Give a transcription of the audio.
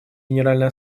генеральной